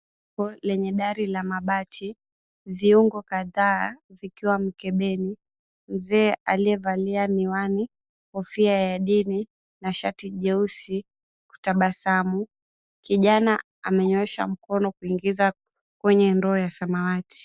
Lenye dari la mabati, viungo kadhaa zikiwa mkebeni. Mzee aliyevalia miwani, kofia ya dini na shati jeusi kutabasamu. Kijana amenyoosha mkono kuingiza kwenye ndoo ya samawati.